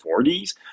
40s